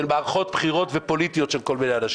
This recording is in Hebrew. מערכות בחירות ופוליטיות של כל מיני אנשים.